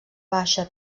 baixa